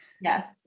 Yes